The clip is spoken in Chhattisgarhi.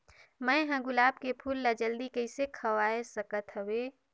मैं ह गुलाब के फूल ला जल्दी कइसे खवाय सकथ हवे?